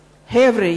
היושב-ראש,